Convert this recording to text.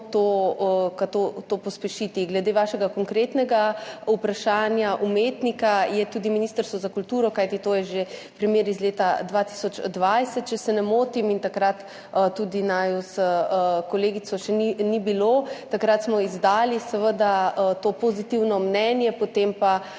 to pospešiti. Glede vašega konkretnega vprašanja umetnika je tudi Ministrstvo za kulturo – kajti to je že primer iz leta 2020, če se ne motim, in takrat tudi naju s kolegico še ni bilo – izdalo seveda pozitivno mnenje, potem pa